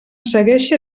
segueixi